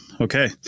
Okay